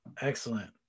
excellent